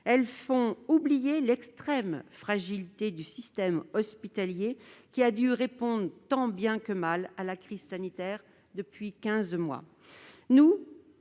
Elles font oublier l'extrême fragilité du système hospitalier, qui a dû répondre tant bien que mal à la crise sanitaire depuis quinze mois. Nous,